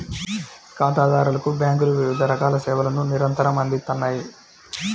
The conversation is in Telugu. ఖాతాదారులకు బ్యేంకులు వివిధ రకాల సేవలను నిరంతరం అందిత్తన్నాయి